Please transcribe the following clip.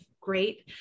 great